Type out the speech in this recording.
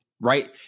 Right